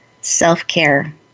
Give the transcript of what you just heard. self-care